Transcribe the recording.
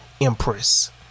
Empress